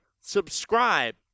subscribe